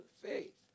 faith